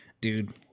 dude